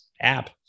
app